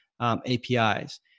APIs